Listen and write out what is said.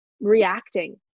reacting